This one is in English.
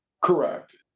Correct